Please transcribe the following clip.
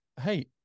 hey